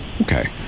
Okay